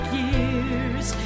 years